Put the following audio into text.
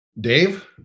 Dave